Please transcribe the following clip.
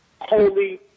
holy